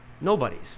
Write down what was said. Nobody's